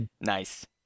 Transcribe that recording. nice